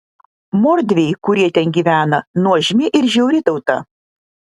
mordviai kurie ten gyvena nuožmi ir žiauri tauta